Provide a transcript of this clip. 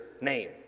name